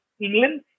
England